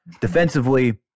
defensively